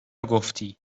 گفتی